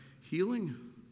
healing